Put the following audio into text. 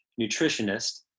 nutritionist